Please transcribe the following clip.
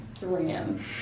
ram